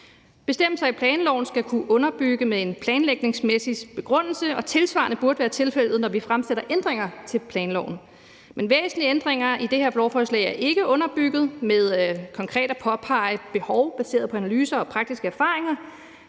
Bestemmelser i planloven skal kunne underbygges med en planlægningsmæssig begrundelse, og tilsvarende burde det være tilfældet, når vi fremsætter ændringsforslag til planloven. Men væsentlige ændringer i det her lovforslag er ikke underbygget med konkret at påpege et behov baseret på analyser og praktiske erfaringer,